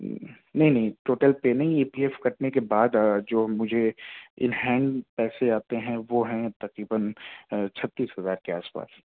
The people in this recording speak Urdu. نہیں نہیں ٹوٹل پے نہیں ای پی ایف کٹنے کے بعد جو مجھے جو ان ہین پیسے آتے ہیں وہ ہیں تقریباً چھتیس ہزار کے آس پاس